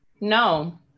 No